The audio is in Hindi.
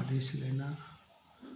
आदेश लेना